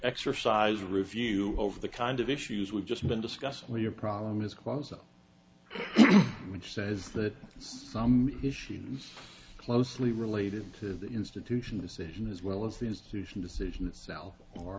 exercise review over the kind of issues we've just been discussing what your problem is kwanzaa which says that some issues closely related to the institution decision as well as the institution decision itself or